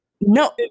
No